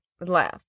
left